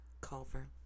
Culver